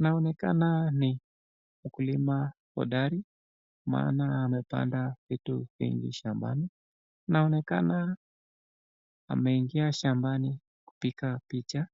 Anaonekana ni mkulima hodari maana amepanda vitu vingi shambani. Inaonekana ameingia shambani kupiga picha.